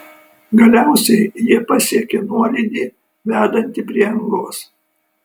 galiausiai jie pasiekė nuolydį vedantį prie angos